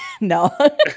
no